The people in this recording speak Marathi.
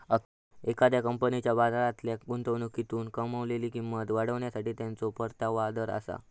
एखाद्या कंपनीच्या बाजारातल्या गुंतवणुकीतून कमावलेली किंमत वाढवण्यासाठी त्याचो परतावा दर आसा